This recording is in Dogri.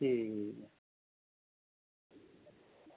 ठीक ऐ